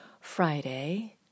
Friday